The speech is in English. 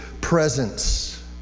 presence